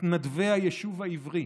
מתנדבי היישוב העברי